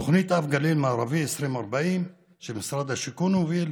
תוכנית אב גליל מערבי 2040 שמשרד השיכון הוביל,